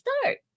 start